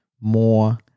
more